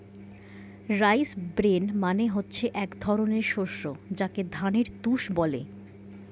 rice bran মানে হচ্ছে এক ধরনের শস্য যাকে ধানের তুষ বলে